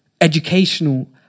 educational